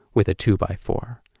with a two by-four.